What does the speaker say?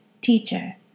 Teacher